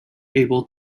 able